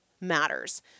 matters